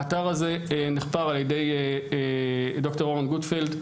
האתר הזה נחפר על ידי ד"ר אורן גוטפלד,